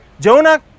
Jonah